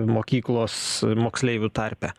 mokyklos moksleivių tarpe